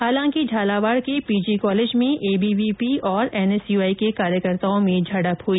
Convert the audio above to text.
हालांकि झालावाड़ के PG college में एबीवीपी और एनएसयूआई के कार्यकर्ताओं में झड़प हुई